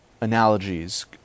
analogies